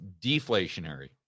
deflationary